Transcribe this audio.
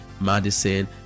Madison